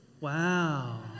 Wow